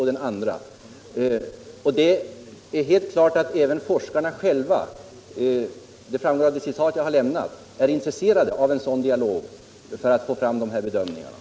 Även bland forskarna själva — det framgår av de citat jag har gjort — finns personer som är intresserade av en sådan dialog för att få fram dessa bedömningar.